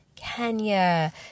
Kenya